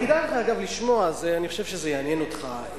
כדאי לך לשמוע, אני חושב שזה יעניין אותך.